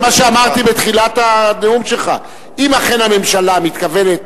זה מה שאמרתי בתחילת הנאום שלך: אם אכן הממשלה מתכוונת,